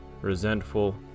resentful